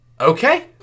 Okay